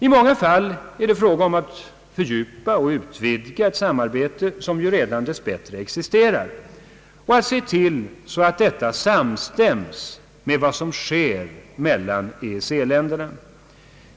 I många fall är det fråga om att fördjupa och utvidga ett samarbete som dess bättre redan existerar och att se till att detta samstäms med vad som sker mellan EEC-länderna.